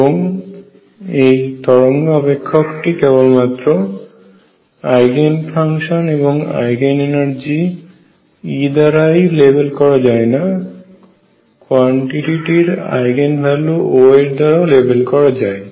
এবং এই তরঙ্গ অপেক্ষক টি কেবলমাত্র আইগেন ফাংশন এবং আইগেন এনার্জি E দ্বারা ই লেবেল করা যায় না কোয়ান্টিটেটির আইগেন ভ্যালু O এর দ্বারা ও লেবেল করা যায়